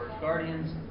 Guardians